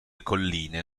colline